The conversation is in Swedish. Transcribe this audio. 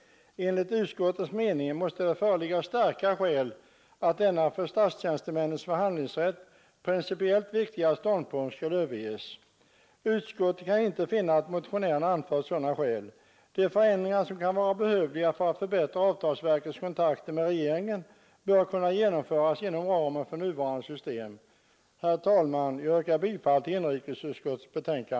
Enligt utskottets mening måste det föreligga starka skäl för att denna för statstjänstemännens förhandlingsrätt principiellt viktiga Utskottet kan inte finna att motionärerna utgångspunkt skall överge anfört sådana skäl. De förändringar som kan vara erforderliga för att förbättra avtalsverkets kontakter med regeringen bör kunna genomföras inom ramen för nuvarande system. Herr talman! Jag yrkar bifall till utskottets hemställan.